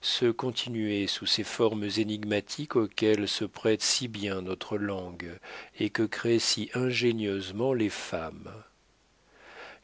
se continuait sous ces formes énigmatiques auxquelles se prête si bien notre langue et que créent si ingénieusement les femmes